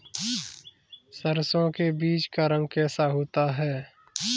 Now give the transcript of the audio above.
सरसों के बीज का रंग कैसा होता है?